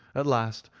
at last,